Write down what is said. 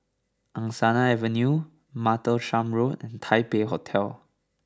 Angsana Avenue Martlesham Road and Taipei Hotel